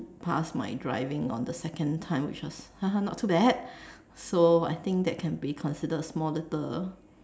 pass my driving on the second time which was not too bad so I think that can be considered small little